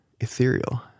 ethereal